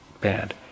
bad